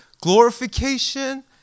glorification